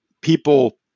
people